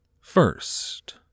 First